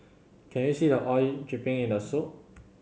can you see the oil dripping in the soup